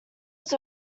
was